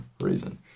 reason